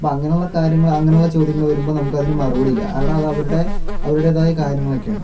അപ്പോൾ അങ്ങനെയുള്ള കാര്യങ്ങൾ അങ്ങനെയുള്ള ചോദ്യങ്ങള് വരുമ്പോൾ നമുക്കതിന് മറുപടി ഇല്ല കാരണം അത് അവരുടെ അവരുടേതായ കാര്യങ്ങളൊക്കെയാണ്